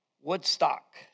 Woodstock